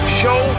show